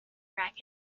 racket